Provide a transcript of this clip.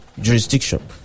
jurisdiction